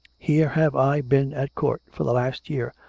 here have i been at court for the last year,